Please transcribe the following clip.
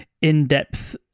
in-depth